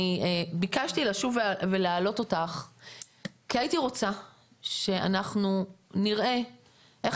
אני ביקשתי לשוב ולהעלות אותך כי הייתי רוצה שאנחנו נראה איך